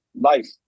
life